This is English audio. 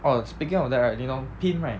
orh speaking of that right 你懂 pimp right